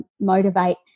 motivate